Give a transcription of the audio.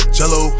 Jello